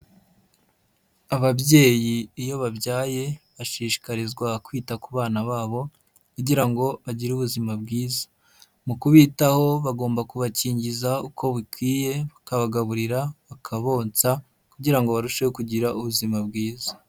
Ababyeyi iyo babyaye bashishikarizwa kwita ku bana babo kugira ngo bagire ubuzima bwiza mu kubitaho bagomba kubakingiza uko bikwiye, bakabagaburira, bakabonnsa kugira ngo barusheho kugira ubuzima bwiza.